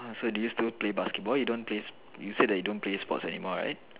oh so do you still play basketball you don't play you said that you don't play sports anymore right